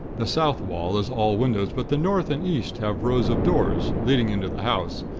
the south wall is all windows but the north and east have rows of doors, leading into the house,